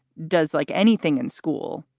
does like anything in school,